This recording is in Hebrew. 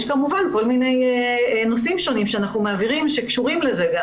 יש נושאים שונים שאנחנו מעבירים שקשורים לזה.